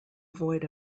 avoid